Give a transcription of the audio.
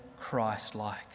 Christ-like